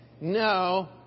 no